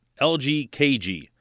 LGKG